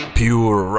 pure